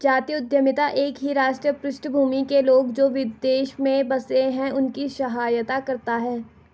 जातीय उद्यमिता एक ही राष्ट्रीय पृष्ठभूमि के लोग, जो विदेश में बसे हैं उनकी सहायता करता है